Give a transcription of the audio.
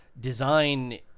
design